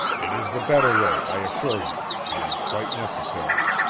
it is the better way, i assure you and quite necessary.